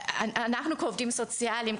אנחנו כעובדים סוציאליים,